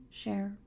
share